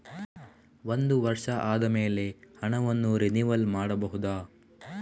ಒಂದು ವರ್ಷ ಆದಮೇಲೆ ಹಣವನ್ನು ರಿನಿವಲ್ ಮಾಡಬಹುದ?